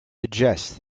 suggest